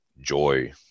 joy